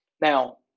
Now